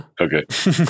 Okay